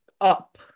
up